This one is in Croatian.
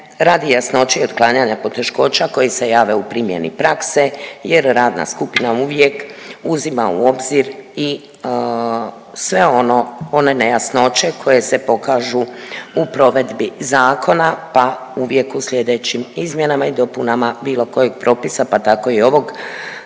radi jasnoće i otklanjanja poteškoća koji se jave u primjeni prakse jer radna skupina uvijek uzima u obzir i sve ono, one nejasnoće koje se pokažu u provedbi zakona pa uvijek u slijedećim izmjenama i dopunama bilo kojeg propisa pa tako i ovog